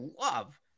love